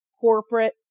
corporate